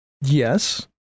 Yes